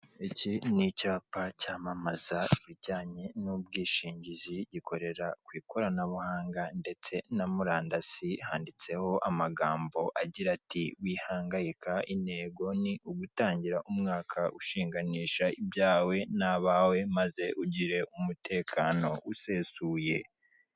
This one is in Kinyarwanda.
Iki ni icyapa cyamamaza ibijyanye n'ubwishingizi gikorera ku ikoranabuhanga ndetse na murandasi handitseho amagambo agira ati; "Wihangayika, intego ni ugutangira umwaka ushinganisha ibyawe n'abawe, maze ugire umutekano usesuye."